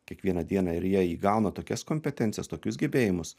kiekvieną dieną ir jie įgauna tokias kompetencijas tokius gebėjimus